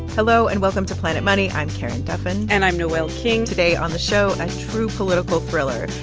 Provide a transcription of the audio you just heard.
hello, and welcome to planet money. i'm karen duffin and i'm noel king today on the show a true political thriller.